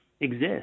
exist